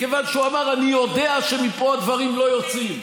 מכיוון שהוא אמר: אני יודע שמפה הדברים לא יוצאים,